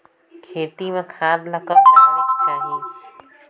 खेती म खाद ला कब डालेक चाही?